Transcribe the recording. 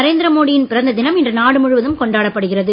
நரேந்திர மோடி பிறந்த தினம் இன்று நாடு முழுவதும் கொண்டாடப் படுகிறது